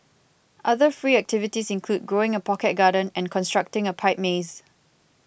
other free activities include growing a pocket garden and constructing a pipe maze